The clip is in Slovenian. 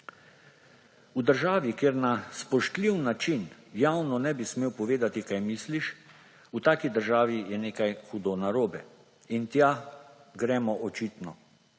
V državi, kjer na spoštljiv način javno ne bi smel povedati, kaj misliš, v taki državi je nekaj hudo narobe. In tja gremo očitno